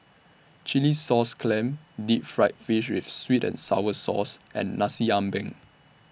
Chilli Sauce Clams Deep Fried Fish with Sweet and Sour Sauce and Nasi Ambeng